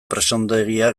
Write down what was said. presondegia